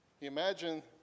Imagine